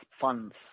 funds